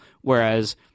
whereas